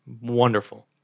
Wonderful